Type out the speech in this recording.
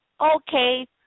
okay